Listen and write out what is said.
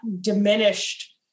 diminished